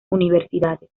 universidades